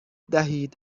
دهید